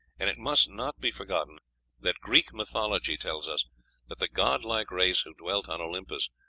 and it must not be forgotten that greek mythology tells us that the god-like race who dwelt on olympus,